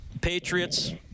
Patriots